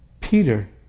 Peter